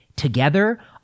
together